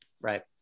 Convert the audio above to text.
right